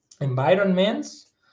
environments